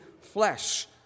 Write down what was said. flesh